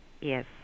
Yes